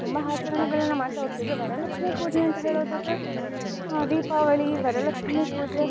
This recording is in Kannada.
ತುಂಬ ಆಚರಣೆಗಳನ್ನ ಮಾಡ್ತಾ ಹೋಗ್ತೀವಿ ವರಲಕ್ಷ್ಮಿ ಪೂಜೆ ಅಂತ ಹೇಳೋದಾದರೆ ದೀಪಾವಳಿ ವರಲಕ್ಷ್ಮಿ ಪೂಜೆ